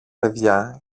παιδιά